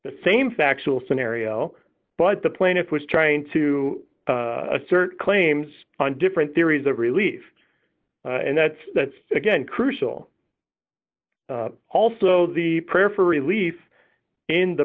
the same factual scenario but the plaintiff was trying to assert claims on different theories of relief and that's that's again crucial also the prayer for relief in the